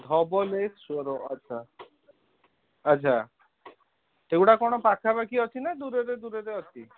ଧବଳେଶ୍ୱର ଆଚ୍ଛା ଆଚ୍ଛା ସେଗୁଡ଼ା କଣ ପାଖାପାଖି ଅଛି ନା ଦୂରରେ ଦୂରରେ ଅଛି